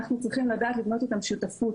אנחנו צריכים לדעת לבנות איתם שותפות.